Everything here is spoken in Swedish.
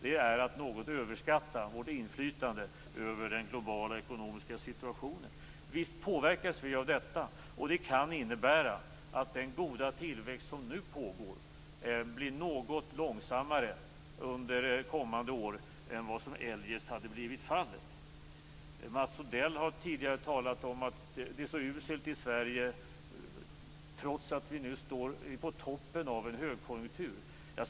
Det är att något överskatta vårt inflytande över den globala ekonomiska situationen. Visst påverkas vi av detta, och det kan innebära att den goda tillväxt som nu pågår blir något långsammare under kommande år än vad som eljest hade blivit fallet. Mats Odell har tidigare talat om att det är så uselt i Sverige trots att vi nu står på toppen av en högkonjunktur.